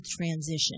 transition